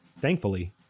Thankfully